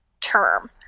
term